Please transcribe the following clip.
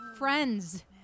Friends